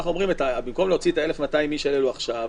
אנחנו אומרים במקום להוציא את ה-1,200 איש האלה עכשיו,